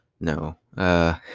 No